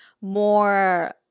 more